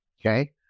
Okay